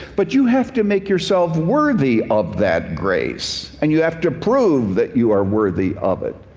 but you have to make yourself worthy of that grace. and you have to prove that you are worthy of it.